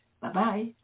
Bye-bye